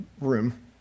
room